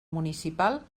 municipal